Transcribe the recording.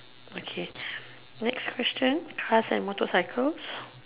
okay next question how's that motorcycle